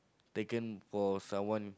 taken for someone